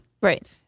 Right